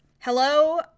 Hello